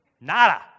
Nada